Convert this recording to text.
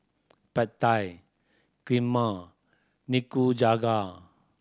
Pad Thai Kheema Nikujaga